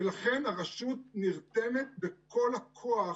ולכן הרשות נרתמת בכל הכוח